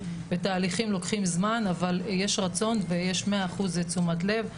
תהליכים לוקחים זמן אבל יש רצון ויש מאה אחוז תשומת לב.